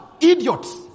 idiots